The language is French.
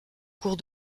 cours